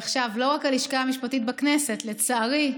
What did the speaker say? עכשיו, לא רק הלשכה המשפטית בכנסת, לצערי,